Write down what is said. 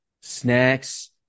Snacks